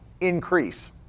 increase